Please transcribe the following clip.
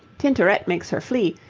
tintoret makes her flee,